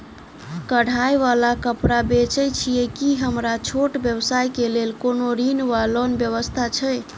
कढ़ाई वला कापड़ बेचै छीयै की हमरा छोट व्यवसाय केँ लेल कोनो ऋण वा लोन व्यवस्था छै?